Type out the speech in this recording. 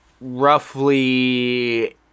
roughly